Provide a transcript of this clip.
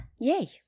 yay